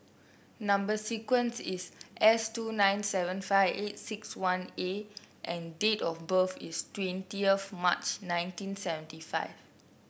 number sequence is S two nine seven five eight six one A and date of birth is twenty of March nineteen seventy five